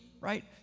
right